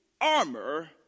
armor